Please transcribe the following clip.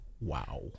wow